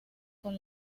con